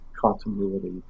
continuity